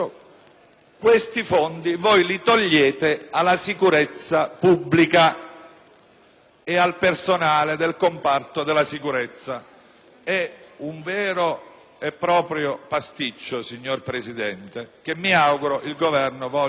cento, togliete i fondi alla sicurezza pubblica e al personale del comparto della sicurezza. È un vero e proprio pasticcio, signor Presidente, che mi auguro il Governo voglia